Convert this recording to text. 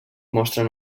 mostren